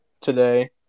today